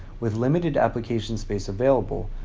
with limited application space available,